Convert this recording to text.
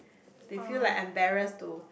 they feel like embarrassed to